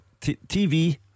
TV